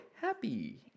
happy